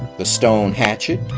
the stone hatchet.